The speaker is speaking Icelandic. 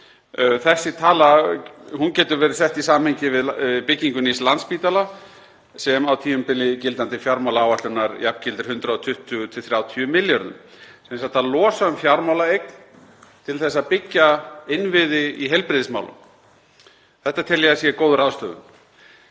Þessi tala getur verið sett í samhengi við byggingu nýs Landspítala, sem á tímabili gildandi fjármálaáætlunar jafngildir 120–130 milljörðum — sem sagt að losa um fjármálaeign til að byggja innviði í heilbrigðismálum. Þetta tel ég að sé góð ráðstöfun.